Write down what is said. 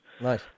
Nice